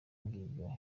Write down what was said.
ngibyo